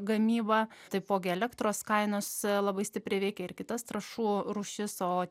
gamyba taipogi elektros kainos labai stipriai veikia ir kitas trąšų rūšis o